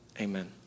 Amen